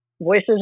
Voices